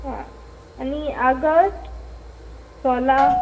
आं आनी आगर सोलां